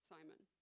Simon